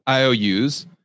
IOUs